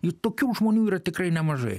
ir tokių žmonių yra tikrai nemažai